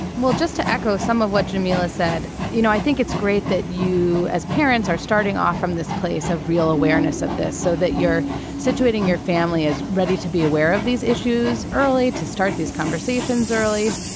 well, just to echo some of what jamila said. you know, i think it's great that you as parents are starting off from this place of real awareness of this so that you're situating your family is ready to be aware of these issues early, to start these conversations early.